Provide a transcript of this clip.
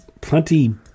plenty